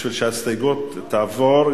כדי שההסתייגות תעבור,